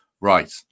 Right